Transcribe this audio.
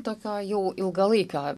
tokio jau ilgą laiką